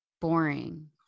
Boring